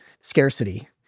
scarcity